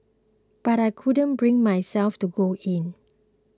but I couldn't bring myself to go in